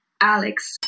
Alex